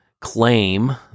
claim